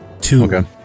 two